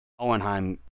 Owenheim